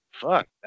fuck